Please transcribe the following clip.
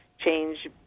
change